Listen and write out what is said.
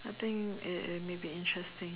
I think it it may be interesting